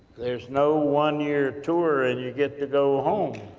there's no one year tour, and you get to go home.